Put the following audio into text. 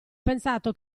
pensato